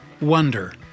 Wonder